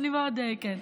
אני מאוד, כן.